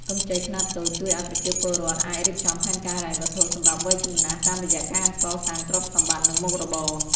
កម្ចីខ្នាតតូចជួយឱ្យប្រជាពលរដ្ឋអាចរៀបចំផែនការហិរញ្ញវត្ថុសម្រាប់វ័យចំណាស់ តាមរយៈការកសាងទ្រព្យសម្បត្តិ និងមុខរបរ។